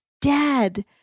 dead